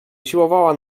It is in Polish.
usiłowała